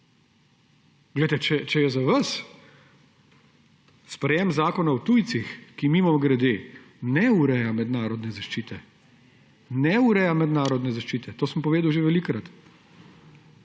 Glejte, če je za vas sprejem Zakona o tujcih – mimogrede, ki ne ureja mednarodne zaščite; ne ureja mednarodne zaščite, to sem povedal že velikokrat